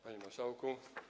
Panie Marszałku!